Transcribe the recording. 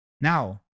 now